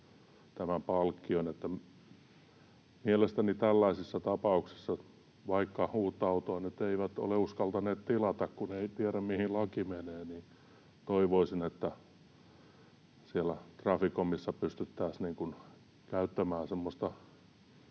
että vain yhdestä saa tämän palkkion. Vaikka uutta autoa nyt eivät ole uskaltaneet tilata, kun ei tiedä, mihin laki menee, niin toivoisin, että siellä Traficomissa pystyttäisiin käyttämään semmoista